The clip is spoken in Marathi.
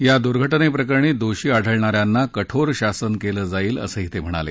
या दूर्घटनेप्रकरणी दोषी आढळणा यांना कठोर शासन केलं जाईल असं ते म्हणाले